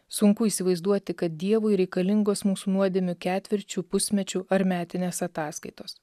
sunku įsivaizduoti kad dievui reikalingos mūsų nuodėmių ketvirčių pusmečių ar metinės ataskaitos